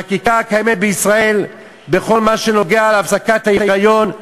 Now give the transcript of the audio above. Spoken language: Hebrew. החקיקה הקיימת בישראל בכל מה שנוגע להפסקת ההיריון,